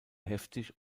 heftig